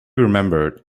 remembered